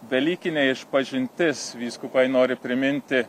velykinė išpažintis vyskupai nori priminti